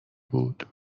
بود